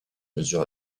mesure